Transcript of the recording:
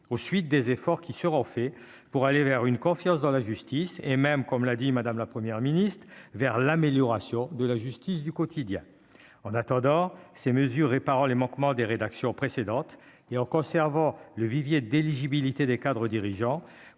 aux suites des efforts qui seront faits pour aller vers une confiance dans la justice et même, comme l'a dit Madame la première ministe vers l'amélioration de la justice du quotidien en attendant ces mesures et paroles et manquements des rédactions précédente et en conservant le vivier d'éligibilité des cadres dirigeants,